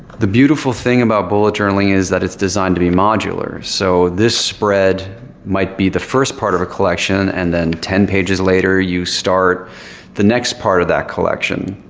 the beautiful thing about bullet journaling is that it's designed to be modular. so this spread might be the first part of a collection. and then, ten pages later, you start the next part of that collection.